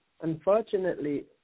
Unfortunately